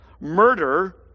murder